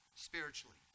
Spiritually